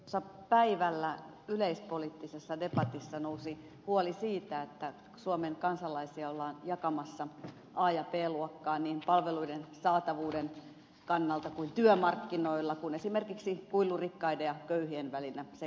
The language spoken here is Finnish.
tuossa päivällä yleispoliittisessa debatissa nousi huoli siitä että suomen kansalaisia ollaan jakamassa a ja b luokkaan niin palveluiden saatavuuden kannalta kuin työmarkkinoilla kun esimerkiksi kuilu rikkaiden ja köyhien välillä sen kuin kasvaa